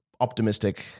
optimistic